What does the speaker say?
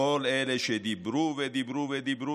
כל אלה שדיברו ודיברו ודיברו,